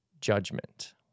judgment